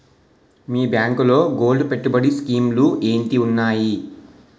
మీ బ్యాంకులో గోల్డ్ పెట్టుబడి స్కీం లు ఏంటి వున్నాయి?